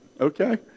Okay